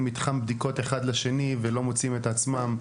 מתחם בדיקות אחד לשני ולא מוצאים את עצמם,